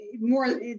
more